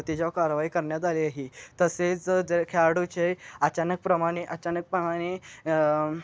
त्याच्यावर कारवाई करण्यात आली आहे तसेच जर खेळाडूचे अचानक प्रमाणे अचानक प्रमाणे